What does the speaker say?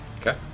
Okay